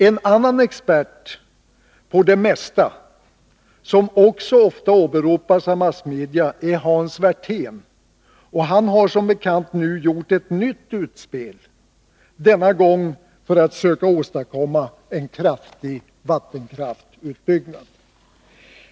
En annan expert på det mesta, som ofta åberopas av massmedia, är Hans Werthén, och han har som bekant nu gjort ett nytt utspel, denna gång för att söka åstadkomma en kraftig vattenkraftsutbyggnad.